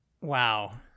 Wow